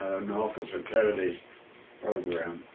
an officer candidates' program.